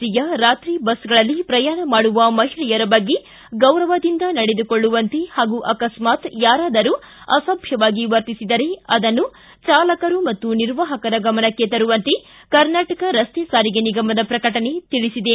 ಸಿಯ ರಾತ್ರಿ ಬಸ್ಗಳಲ್ಲಿ ಪ್ರಯಾಣ ಮಾಡುವ ಮಹಿಳೆಯರ ಬಗ್ಗೆ ಗೌರವದಿಂದ ನಡೆದುಕೊಳ್ಳುವಂತೆ ಪಾಗೂ ಅಕಸ್ಮಾತ್ ಯಾರಾದರೂ ಅಸಭ್ಯವಾಗಿ ವರ್ತಿಸಿದರೆ ಅದನ್ನು ಚಾಲಕರು ಮತ್ತು ನಿರ್ವಾಪಕರ ಗಮನಕ್ಕೆ ತರುವಂತೆ ಕರ್ನಾಟಕ ರಸ್ತೆ ಸಾರಿಗೆ ನಿಗಮದ ಪ್ರಕಟಣೆ ನೀಡಿದೆ